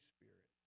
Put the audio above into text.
Spirit